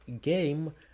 game